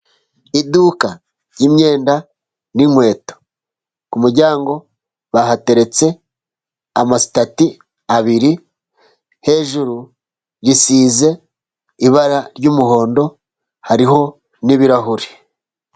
Iduka ry'imyenda n'inkweto ku muryango bahateretse amasitati abiri hejuru risize ibara ry'umuhondo hariho n'ibirahure.